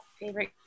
Favorite